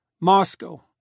Moscow